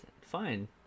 Fine